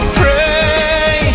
pray